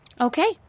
Okay